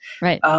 Right